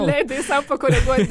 leidai sau pakoreguot